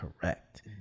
correct